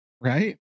Right